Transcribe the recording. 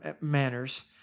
manners